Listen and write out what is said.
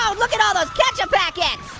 um look at all those ketchup packets.